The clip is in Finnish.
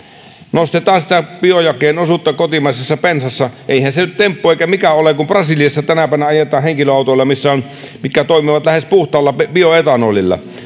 nostetaan sitä biojakeen osuutta kotimaisessa bensassa eihän se nyt temppu eikä mikään ole kun brasiliassa tänä päivänä ajetaan henkilöautoilla mitkä toimivat lähes puhtaalla bioetanolilla